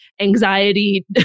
anxiety